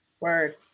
Word